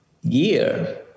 year